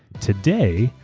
today,